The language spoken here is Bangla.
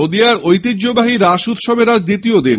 নদীয়ার ঐতিহ্যবাহী রাস উৎসবের আজ দ্বিতীয় দিন